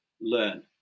learn